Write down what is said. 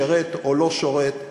שירת או לא שירת,